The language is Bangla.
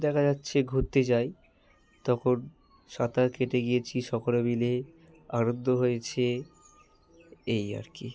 দেখা যাচ্ছে ঘুরতে যাই তখন সাঁতার কেটে গিয়েছি সকলে মিলে আনন্দ হয়েছে এই আর কি